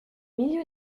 milieu